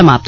समाप्त